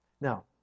Now